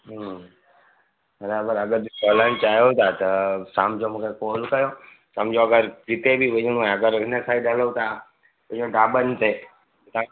बराबरि हलणु चाहियो था त शाम जो मूंखे कॉल कयो सम्झो अगरि जिते बि वञिणो आहे अगरि हुन साइड हलो था जीअं ढाबनि ते त